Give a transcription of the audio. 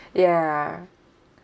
ya